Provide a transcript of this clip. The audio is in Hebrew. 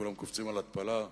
כולם קופצים על התפלה,